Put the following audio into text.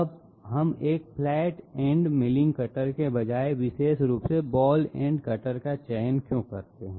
अब हम एक फ्लैट एंड मिलिंग कटर के बजाय विशेष रूप से बॉल एंड कटर का चयन क्यों करते हैं